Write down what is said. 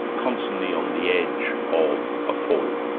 constantly on the edge of a fall.